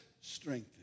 strengthened